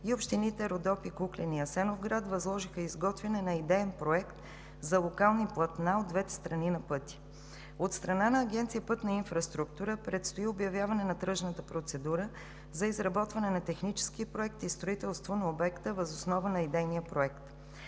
и общините Родопи, Куклен и Асеновград възложиха изготвяне на идеен проект за локални платна от двете страни на пътя. От страна на Агенция „Пътна инфраструктура“ предстои обявяване на тръжната процедура за изработване на технически проект и строителство на обекта въз основа на идейния проект.